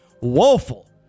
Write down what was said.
woeful